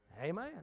Amen